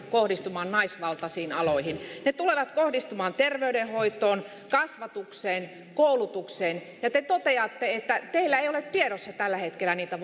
kohdistumaan naisvaltaisiin aloihin ne tulevat kohdistumaan terveydenhoitoon kasvatukseen koulutukseen te toteatte että teillä ei ole tiedossa tällä hetkellä niitä